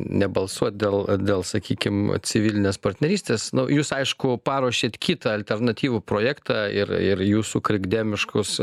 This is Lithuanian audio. nebalsuot dėl dėl sakykim civilinės partnerystės nu jūs aišku paruošėt kitą alternatyvų projektą ir ir jūsų krikdemiškus